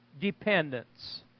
dependence